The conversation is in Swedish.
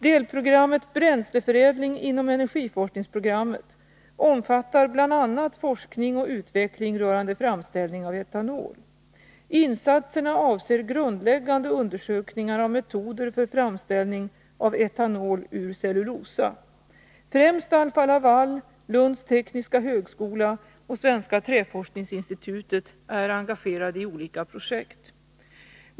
Delprogrammet Bränsleförädling inom energiforskningsprogrammet omfattar bl.a. forskning och utveckling rörande framställning av etanol. Insatserna avser grundläggande undersökningar av metoder för framställ ning av etanol ur cellulosa. Främst Alfa-Laval, Lunds tekniska högskola och Svenska Träforskningsinstitutet är engagerade i olika projekt.